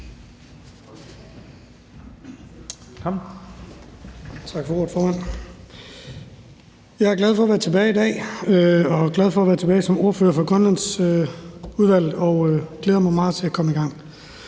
Jeg er glad for at være tilbage i dag, glad for at være tilbage som ordfører i Grønlandsudvalget, og jeg glæder mig meget til at komme i gang.